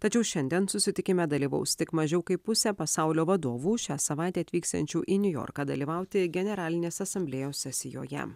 tačiau šiandien susitikime dalyvaus tik mažiau kaip pusė pasaulio vadovų šią savaitę atvyksiančių į niujorką dalyvauti generalinės asamblėjos sesijoje